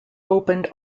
opened